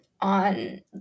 on